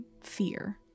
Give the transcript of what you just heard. fear